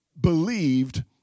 believed